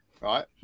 right